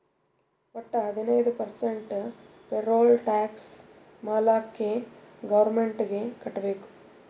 ವಟ್ಟ ಹದಿನೈದು percent payroll tax ಮಾಲ್ಲಾಕೆ ಗೌರ್ಮೆಂಟ್ಗ್ ಕಟ್ಬೇಕ್